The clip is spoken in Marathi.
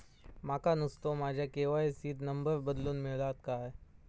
माका नुस्तो माझ्या के.वाय.सी त नंबर बदलून मिलात काय?